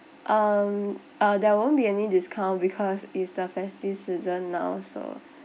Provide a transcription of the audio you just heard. um uh there won't be any discount because it's the festive season now so